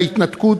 ההתנתקות,